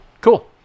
Cool